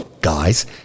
guys